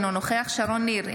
אינו נוכח שרון ניר,